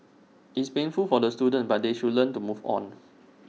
it's painful for the students but they should learn to move on